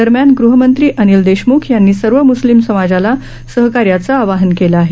दरम्यान गृहमंत्री अनिल देशम्ख यांनी सर्व म्स्लिम समाजाला सहकार्याचं आवाहन केलं आहे